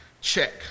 check